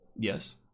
Yes